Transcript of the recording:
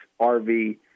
RV